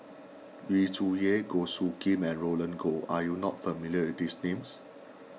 Yu Zhuye Goh Soo Khim and Roland Goh are you not familiar with these names